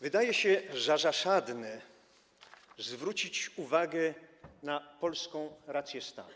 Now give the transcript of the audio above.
Wydaje się zasadne zwrócić uwagę na polską rację stanu.